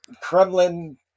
Kremlin